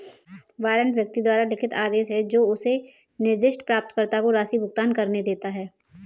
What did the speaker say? warrant व्यक्ति द्वारा लिखित आदेश है जो उसे निर्दिष्ट प्राप्तकर्ता को राशि भुगतान करने देता है